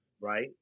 right